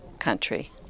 country